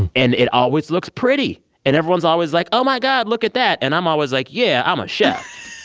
and it always looks pretty and everyone's always like, oh my god, look at that. and i'm always like, yeah, i'm a yeah